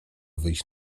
wyjść